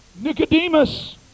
Nicodemus